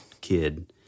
kid